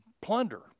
plunder